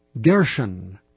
Gershon